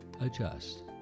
adjust